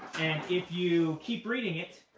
and if you keep reading it,